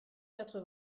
quatre